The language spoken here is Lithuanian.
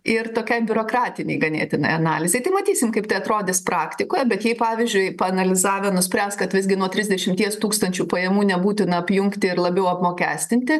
ir tokiai biurokratinei ganėtinai analizei tai matysim kaip tai atrodys praktikoje bet jei pavyzdžiui paanalizavę nuspręs kad visgi nuo trisdešimties tūkstančių pajamų nebūtina apjungti ir jau apmokestinti